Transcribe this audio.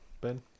Ben